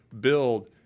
build